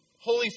Holy